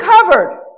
covered